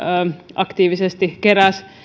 aktiivisesti keräsi